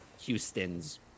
Houston's